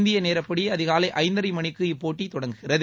இந்திய நேரப்படி அதிகாலை ஐந்தரை மணிக்கு இப்போட்டி தொடங்குகிறது